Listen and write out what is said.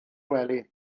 wely